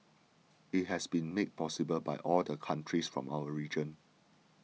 it has been made possible by all the countries from our region